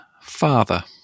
father